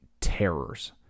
terrors